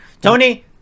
Tony